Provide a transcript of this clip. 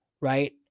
right